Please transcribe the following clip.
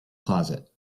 closet